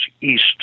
east